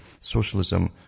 socialism